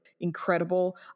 incredible